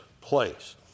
place